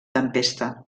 tempesta